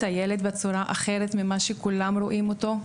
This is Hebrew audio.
הילד בצורה אחרת ממה שכולם רואים אותו.